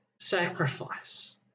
sacrifice